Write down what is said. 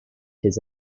his